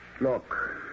Look